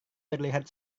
terlihat